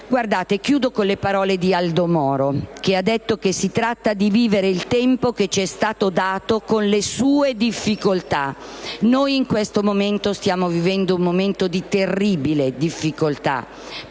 unanime. Termino con le parole di Aldo Moro, che ha detto che si tratta di vivere il tempo che ci è stato dato con le sue difficoltà. In questo momento stiamo vivendo un momento di terribile difficoltà